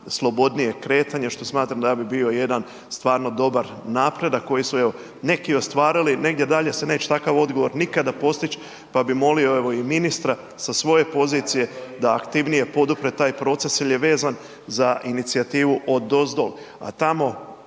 slobodnije kretanje, što smatram da bi bio jedan stvarno dobar napredak koji su neki ostvarili. Negdje dalje se neće takav odgovor nikad postić pa bi molio i ministra sa svoje pozicije da aktivnije podupre taj proces jel je vezan za inicijativu odozol,